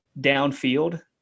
downfield